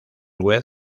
web